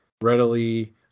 readily